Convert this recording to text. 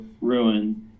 ruin